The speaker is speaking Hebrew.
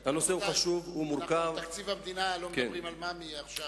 אנחנו בתקציב המדינה, לא מדברים על ממ"י עכשיו.